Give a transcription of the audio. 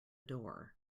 door